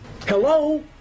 Hello